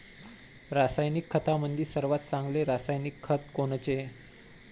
रासायनिक खतामंदी सर्वात चांगले रासायनिक खत कोनचे?